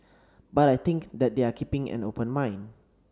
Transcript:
but I think that they are keeping an open mind